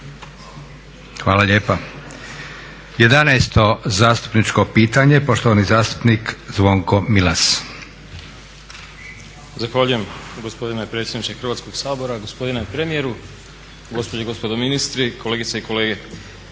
Hvala lijepa. 11. zastupničko pitanje, poštovani zastupnik Zvonko Milas. **Milas, Zvonko (HDZ)** Zahvaljujem gospodine predsjedniče Hrvatskog sabora. Gospodine premijeru, gospođe i gospodo ministri, kolegice i kolege.